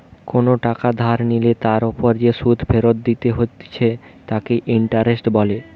কোনো টাকা ধার নিলে তার ওপর যে সুধ ফেরত দিতে হতিছে তাকে ইন্টারেস্ট বলে